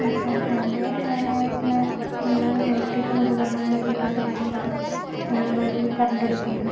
ഇപ്പം എന്റെ വീട്ടില് എലക്ട്രിക്കല് ഉപകരണങ്ങള് ഏതൊക്കെയാന്നു വച്ചിട്ടുണ്ടെങ്കില് അതായത് ഈ കറണ്ട് അടുപ്പുണ്ട്